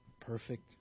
Perfect